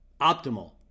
optimal